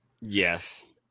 Yes